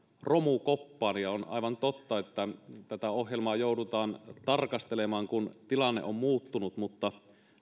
romukoppaan on aivan totta että tätä ohjelmaa joudutaan tarkastelemaan kun tilanne on muuttunut mutta